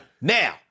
Now